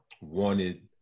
wanted